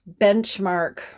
benchmark